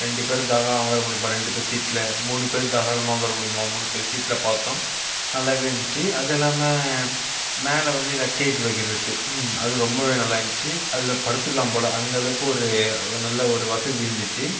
ரெண்டு பேர் தாராளமாக உட்கார முடியுமா ரெண்டு பேர் சீட்டில் மூணு பேர் தாராளமாக உட்கார முடியுமா மூணு பேர் சீட்டில் பார்த்தோம் நல்லாவே இருந்துச்சு அது இல்லாமல் மேலே வந்து லக்கேஜ் வைக்கிறது அது ரொம்பவே நல்லாயிருந்துச்சி அதில் படுத்துக்கலாம் போல் அந்த அளவுக்கு ஒரு நல்ல ஒரு வசதி இருந்துச்சு